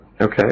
Okay